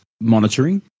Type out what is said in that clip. monitoring